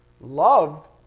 love